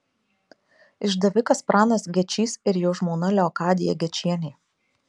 išdavikas pranas gečys ir jo žmona leokadija gečienė